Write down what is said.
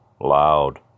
loud